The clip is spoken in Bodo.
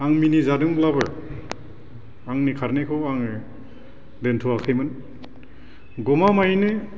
आं मिनिजादोंब्लाबो आंनि खारनायखौ आङो दोनथ'वाखैमोन गमामायैनो